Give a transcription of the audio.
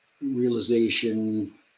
realization